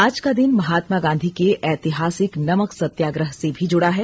आज का दिन महात्मा गांधी के ऐतिहासिक नमक सत्याग्रह से भी जुड़ा है